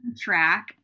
track